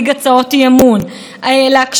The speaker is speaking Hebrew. אפילו לאפשר הדחה של חבר כנסת,